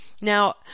Now